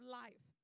life